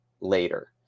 later